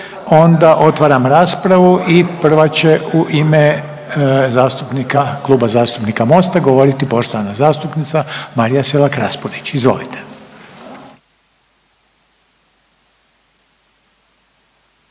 onda otvaram raspravu i prva će u ime zastupnika, Kluba zastupnika Mosta govoriti poštovana zastupnica Marija Selak Raspudić, izvolite.